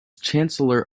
chancellor